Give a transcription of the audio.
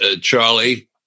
Charlie